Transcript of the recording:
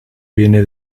viene